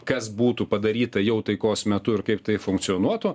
kas būtų padaryta jau taikos metu ir kaip tai funkcionuotų